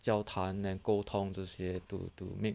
交谈 then 沟通这些 to to make